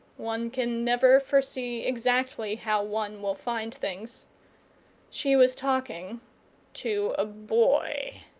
one can never foresee exactly how one will find things she was talking to a boy.